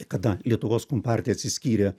kada lietuvos kompartija atsiskyrė